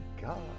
god